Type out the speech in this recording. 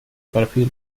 perfil